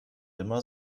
immer